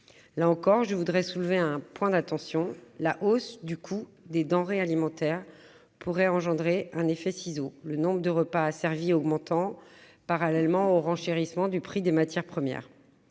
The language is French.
Là encore, je soulèverai un point d'attention : la hausse du coût des denrées alimentaires pourrait engendrer un effet ciseau, le nombre de repas servis augmentant parallèlement au renchérissement du prix des matières premières.